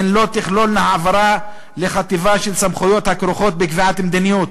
הן לא תכלולנה העברה לחטיבה של סמכויות הכרוכות בקביעת מדיניות,